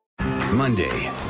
Monday